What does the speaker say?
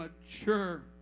mature